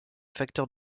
facteur